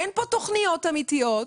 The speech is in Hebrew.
אין פה תוכניות אמיתיות.